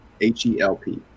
H-E-L-P